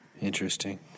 Interesting